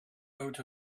out